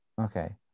okay